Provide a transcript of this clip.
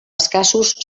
escassos